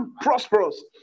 prosperous